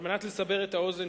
על מנת לסבר את האוזן,